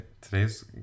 today's